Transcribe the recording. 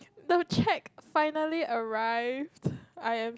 the cheque finally arrived I am